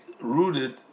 rooted